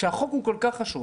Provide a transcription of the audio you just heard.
כשהחוק הוא כל כך חשוב,